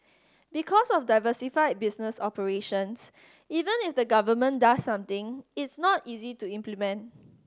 because of diversified business operations even if the Government does something it's not easy to implement